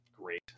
Great